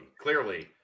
clearly